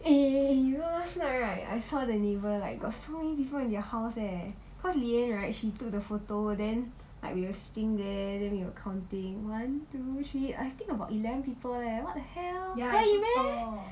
eh eh eh you know last night right I saw the neighbour like got so many people in their house leh cause leah right she took the photo then like we were sitting there and counting one two three I think about eleven people leh what the hell 可以 meh